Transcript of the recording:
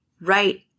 right